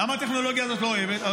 למה הטכנולוגיה הזאת לא עובדת?